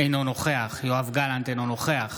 אינו נוכח יואב גלנט, אינו נוכח